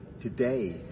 today